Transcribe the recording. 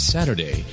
Saturday